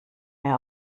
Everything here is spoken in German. mehr